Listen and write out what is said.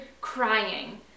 crying